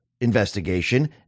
investigation